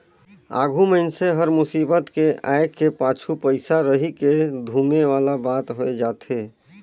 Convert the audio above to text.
आघु मइनसे हर मुसीबत के आय के पाछू पइसा रहिके धुमे वाला बात होए जाथे